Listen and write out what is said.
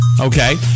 Okay